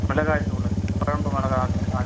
மிளகாய்த்தூள் குழம்பு மிளகாத்தூள் ஆச்சி